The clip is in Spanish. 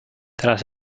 tras